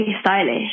stylish